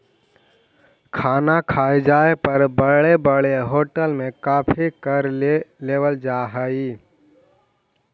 खाना खाए जाए पर बड़े बड़े होटल में काफी कर ले लेवल जा हइ